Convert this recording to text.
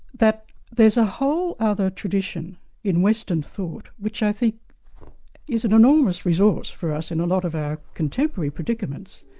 that there's a whole other tradition in western thought which i think is an enormous resource for us in a lot of our contemporary predicaments,